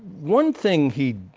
one thing he,